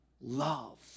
love